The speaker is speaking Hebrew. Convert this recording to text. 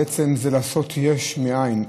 זה בעצם לעשות יש מאין,